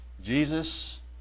Jesus